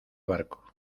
barco